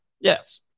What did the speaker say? yes